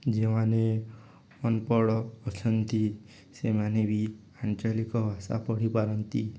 ଯେଉଁମାନେ ଅନପଢ଼ ଅଛନ୍ତି ସେମାନେ ବି ଆଞ୍ଚଳିକ ଭାଷା ପଢ଼ିପାରନ୍ତି